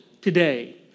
today